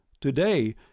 Today